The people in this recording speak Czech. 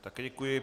Také děkuji.